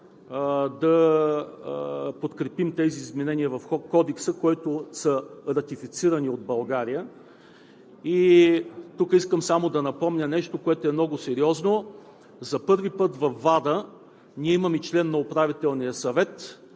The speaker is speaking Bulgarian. да подкрепим тези изменения в Кодекса, които са ратифицирани от България. Тук искам само да напомня нещо, което е много сериозно – за първи път в WADA ние имаме член на Управителния съвет,